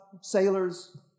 sailors